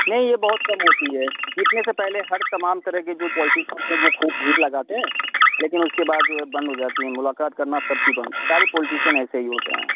نہیں یہ بہت کم ہوتی ہے جتنے سے پہلے ہر تمام طرح کے جو پوالٹیشن تھ ہیں وہ خوب بھیک لگاتے ہیں لیکن اس کے بعد جو ہے بند ہو جاتی ہیں ملاقات کرنا سب کی بند سارے پولیٹیشین ایسے ہی ہوتے ہیں